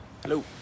hello